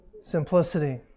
Simplicity